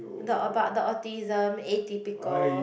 the about the autism atypical